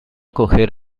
coger